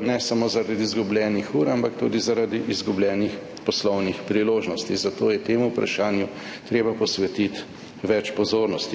ne samo zaradi izgubljenih ur, ampak tudi zaradi izgubljenih poslovnih priložnosti. Zato je temu vprašanju treba posvetiti več pozornosti.